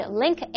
link